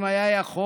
אם היה יכול,